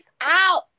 out